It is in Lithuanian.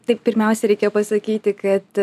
tik pirmiausia reikia pasakyti kad